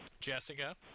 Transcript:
Jessica